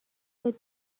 حقوق